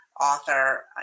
author